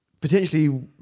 potentially